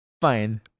Fine